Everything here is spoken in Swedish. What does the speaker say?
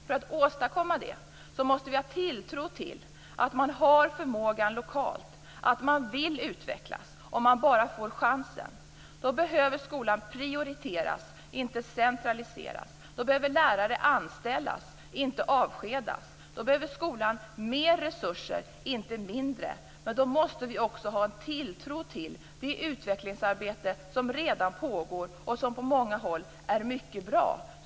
För att åstadkomma det måste vi ha tilltro till att man har förmågan lokalt och att man vill utvecklas om man bara får chansen. Då behöver skolan prioriteras, inte centraliseras. Då behöver lärare anställas, inte avskedas. Då behöver skolan mer resurser, inte mindre. Då måste vi också ha en tilltro till det utvecklingsarbete som redan pågår och som på många håll är mycket bra.